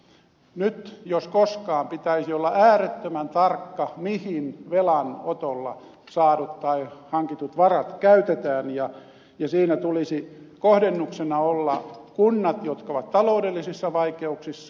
nyt jos koskaan pitäisi olla äärettömän tarkka siinä mihin velanotolla saadut tai hankitut varat käytetään ja siinä tulisi kohdennuksena olla kunnat jotka ovat taloudellisissa vaikeuksissa